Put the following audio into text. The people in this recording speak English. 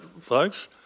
folks